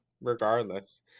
Regardless